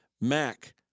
Mac